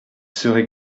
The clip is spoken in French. serez